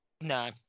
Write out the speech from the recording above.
No